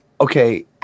Okay